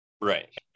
Right